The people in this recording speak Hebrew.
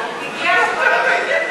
הגיע הזמן,